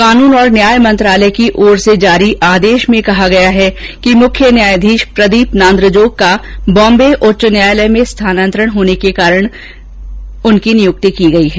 कानून और न्याय मंत्रालय की ओर से जारी आदेष में कहा गया है कि मुख्य न्यायाधीष प्रदीप नान्द्रजोग का बॉम्बे उच्च न्यायालय में स्थानांतरण के कारण उनकी नियुक्ति की गयी है